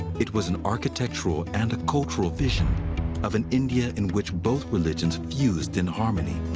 it was an architectural and cultural vision of an india in which both religions fused in harmony.